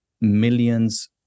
millions